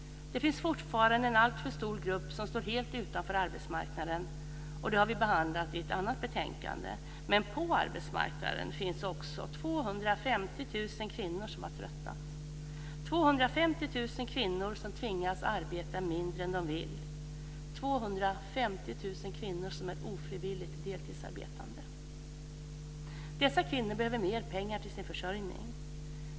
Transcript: Det finns fortfarande en alltför stor grupp som står helt utanför arbetsmarknaden, och det har vi behandlat i ett annat betänkande. Men på arbetsmarknaden finns också 250 000 kvinnor som har tröttnat - Dessa kvinnor behöver mer pengar för sin försörjning.